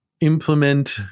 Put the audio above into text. implement